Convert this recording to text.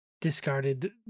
discarded